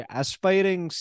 aspiring